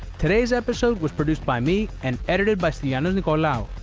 today's episode was produced by me and edited by stylianos nicolaou.